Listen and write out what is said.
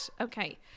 okay